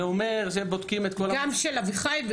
זה אומר שהם בודקים -- גם של אביחי?